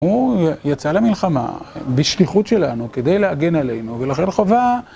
הוא יצא למלחמה בשליחות שלנו, כדי להגן עלינו, ולכן חווה...